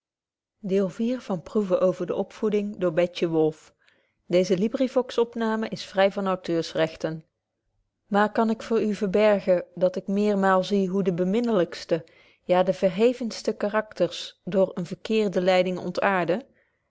proeve over de opvoeding den of elendige tekeningetjes te maken oordeelt nu liefhebbende moeders of uwe kinderen eene vriendin aan my hebben maar kan ik voor u verbergen dat ik meermalen zie hoe de beminlykste ja de verhevenste karakters door eene verkeerde leiding ontaarten